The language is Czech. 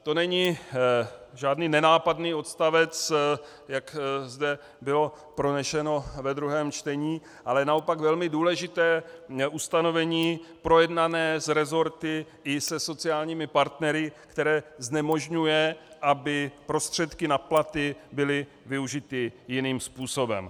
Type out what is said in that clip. To není žádný nenápadný odstavec, jak zde bylo proneseno ve druhém čtení, ale naopak velmi důležité ustanovení projednané s resorty i se sociálními partnery, které znemožňuje, aby prostředky na platy byly využity jiným způsobem.